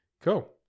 Cool